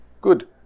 Good